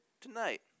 tonight